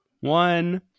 one